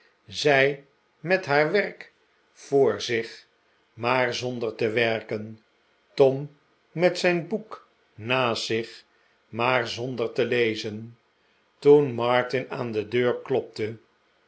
zij met haar werk voor zich maar zonder te werken tom met zijn boek naast zich niaar zonder te lezen toen martin aan he deur klopte